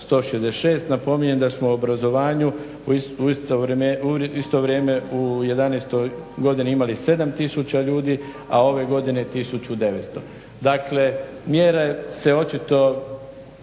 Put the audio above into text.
166. Napominjem da smo u obrazovanju u isto vrijeme u 2011. godini imali 7 tisuća ljudi, a ove godine 1900. Dakle, mjere se očito